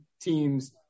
teams